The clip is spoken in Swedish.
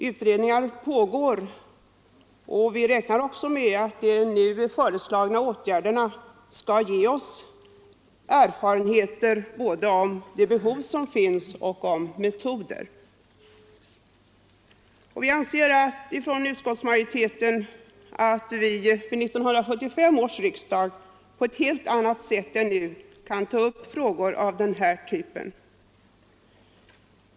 Utredningar pågår, och vi räknar också med att de nu föreslagna åtgärderna skall ge oss erfarenheter både om de behov som finns och om lämpliga metoder. Utskottsmajoriteten anser att vi till 1975 års riksdag på ett helt annat sätt än nu skall kunna ta upp frågor av den här typen.